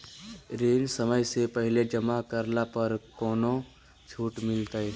ऋण समय से पहले जमा करला पर कौनो छुट मिलतैय?